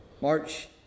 March